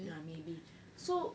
ya maybe so